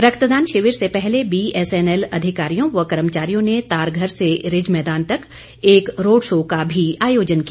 रक्तदान शिविर से पहले बीएसएनएल अधिकारियों व कर्मचारियों ने तारघर से रिज मैदान तक एक रोड शो का भी आयोजन किया